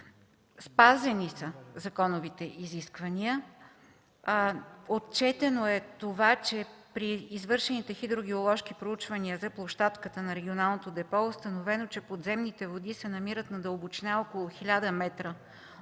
Спазени са законовите изисквания. Отчетено е това, че при извършените хидрогеоложки проучвания за площадката на регионалното депо е установено, че подземните води се намират на дълбочина около 1000 метра